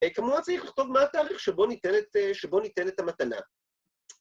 ‫כמובן צריך לכתוב מה התאריך ‫שבו ניתן את, שבו ניתן את המתנה.